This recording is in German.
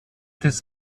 des